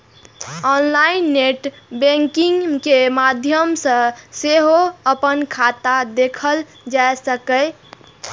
online net banking के माध्यम सं सेहो अपन खाता देखल जा सकैए